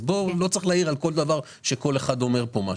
אז לא צריך להעיר על כל דבר שמישהו אומר פה.